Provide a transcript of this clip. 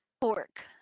Pork